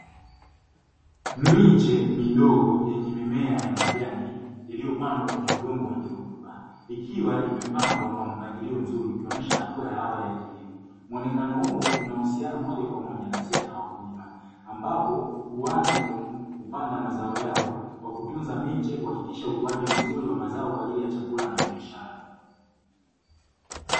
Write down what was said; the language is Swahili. Miche midogo yenye mimea ya majani iliyopandwa kwenye udongo wenye rutuba, ikiwa imepangwa kwa mpangilio mzuri ukionyesha hatua ya awali ya kilimo. Muonekano huu unahusiana moja kwa moja na sekta ya wakulima ambapo huanza kwa kupanda mazao yao kwa kutunza miche, kuhakikisha ukuaji mzuri wa mazao kwa ajili ya chakula na biashara.